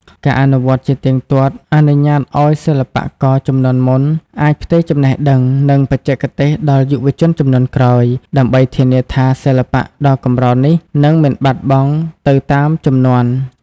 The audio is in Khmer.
ការអនុវត្តជាទៀងទាត់អនុញ្ញាតឱ្យសិល្បករជំនាន់មុនអាចផ្ទេរចំណេះដឹង និងបច្ចេកទេសដល់យុវជនជំនាន់ក្រោយ ដើម្បីធានាថាសិល្បៈដ៏កម្រនេះនឹងមិនបាត់បង់ទៅតាមជំនាន់។